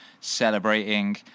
celebrating